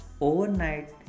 Overnight